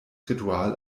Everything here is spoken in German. ritual